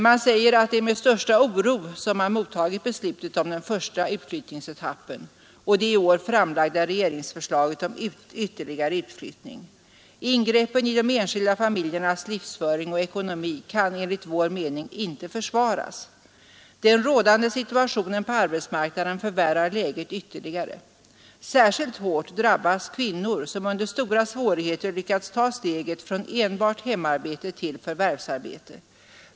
Man säger: ”Det är med den största oro vi mottagit beslutet om den första utflyttningsetappen och det i år framlagda regeringsförslaget om ytterligare utflyttning. Ingreppen i de enskilda familjernas livsföring och ekonomi kan enligt vår mening inte försvaras. Den rådande situationen på arbetsmarknaden förvärrar läget ytterligare. Särskilt hårt drabbas kvinnor, som under stora svårigheter lyckats ta steget från enbart hemarbete till förvärvsarbete.